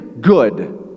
good